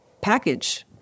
package